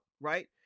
right